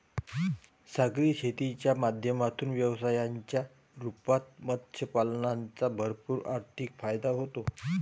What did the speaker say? सागरी शेतीच्या माध्यमातून व्यवसायाच्या रूपात मत्स्य पालनाचा भरपूर आर्थिक फायदा होतो